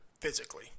physically